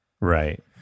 Right